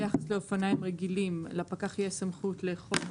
ביחס לאופניים רגילים לפקח תהיה סמכות לאכוף,